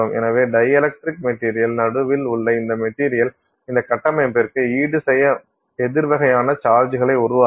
எனவே dielectric material நடுவில் உள்ள இந்த மெட்டீரியல் இந்த கட்டமைப்பிற்கு ஈடுசெய்ய எதிர் வகையான சார்ஜ்களை உருவாக்கும்